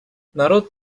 народ